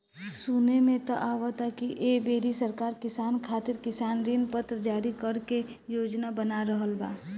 सुने में त आवता की ऐ बेरी सरकार किसान खातिर किसान ऋण पत्र जारी करे के योजना बना रहल बा